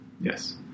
Yes